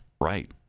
Right